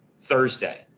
Thursday